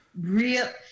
real